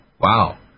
Wow